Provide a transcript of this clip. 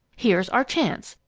here's our chance.